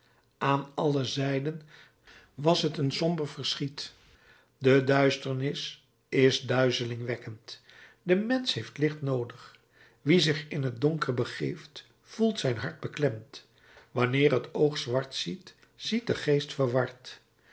aan alle zijden was t een somber verschiet de duisternis is duizelingwekkend de mensch heeft licht noodig wie zich in t donker begeeft voelt zijn hart beklemd wanneer het oog zwart ziet ziet de geest verward